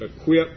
equip